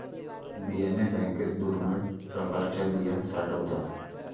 बियाणे बँकेत दुर्मिळ प्रकारच्या बिया साठवतात